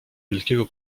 wielkiego